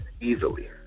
easily